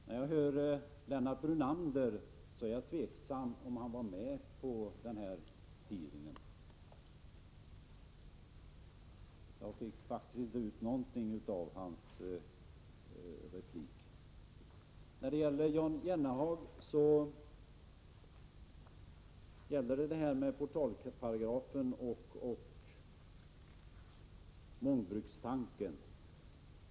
När jag hör Lennart Brunander blir jag tveksam huruvida han var med på den aktuella hearingen. Jag fick faktiskt inte ut någonting av hans replik. Jan Jennehag talar om portalparagrafen och mångbrukstanken.